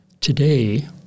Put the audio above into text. today